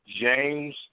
James